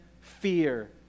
fear